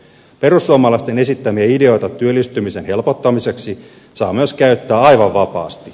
perussuomalaisten esittämiä ideoita työllistymisen helpottamiseksi saa myös käyttää aivan vapaasti